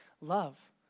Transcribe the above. love